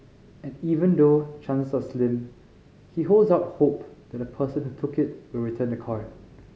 and even though chances are slim he holds out hope that the person who took it will return the card